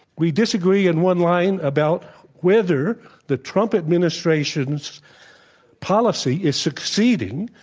we disagree in one line about whether the trump administration's policy is succeeding,